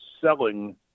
selling